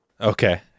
Okay